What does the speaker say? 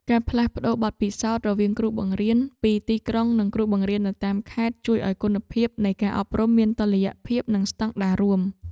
ការផ្លាស់ប្តូរបទពិសោធន៍រវាងគ្រូបង្រៀនពីទីក្រុងនិងគ្រូបង្រៀននៅតាមខេត្ត ជួយឱ្យគុណភាពនៃការអប់រំមានតុល្យភាពនិងស្តង់ដាររួម។